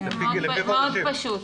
מאוד פשוט,